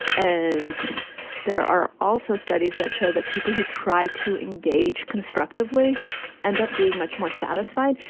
and there are also studies that show that people who try to engage constructively end up being much more satisfied.